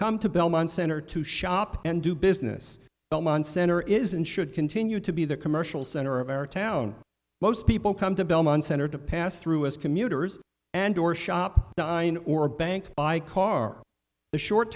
come to belmont center to shop and do business belmont center is and should continue to be the commercial center of our town most people come to belmont center to pass through as commuters and or shop nine or bank by car the short